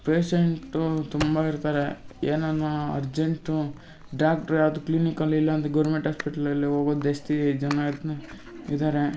patient ತುಂಬ ಇರ್ತಾರೆ ಏನೇನೋ ಅರ್ಜೆಂಟು ಡಾಕ್ಟ್ರ್ ಯಾವುದು ಕ್ಲೀನಿಕಲ್ಲಿ ಇಲ್ಲ ಅಂದರೆ ಗೌರ್ಮೆಂಟ್ ಹಾಸ್ಪಿಟ್ಲಲ್ಲಿ ಹೋಗೋದು ಜಾಸ್ತಿ ಜನ ಇದ್ದಾರೆ